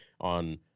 on